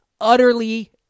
utterly